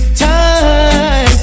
time